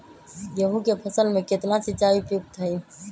गेंहू के फसल में केतना सिंचाई उपयुक्त हाइ?